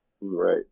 Right